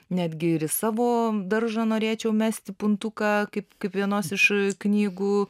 netgi ir į savo daržą norėčiau mesti puntuką kaip kaip vienos iš knygų